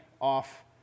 off